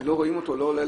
אם לא רואים אותו,